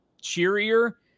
cheerier